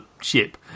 ship